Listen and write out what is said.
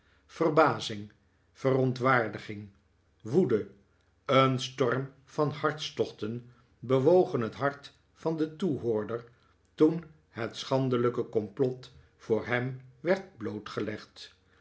verbazing verontwaardiging woede een storm van hartstochten bewogen het hart van den toehoorder toen het schandelijke complot voor hem werd